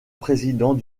président